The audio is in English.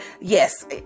yes